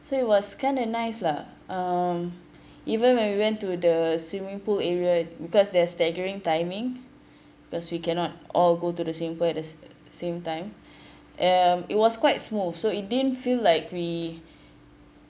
so it was kinda nice lah um even when we went to the swimming pool area because there're staggering timing cause we cannot all go to the swimming pool at the same time um it was quite smooth so it didn't feel like we